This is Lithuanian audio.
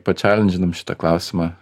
pačelendžinom šitą klausimą